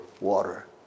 water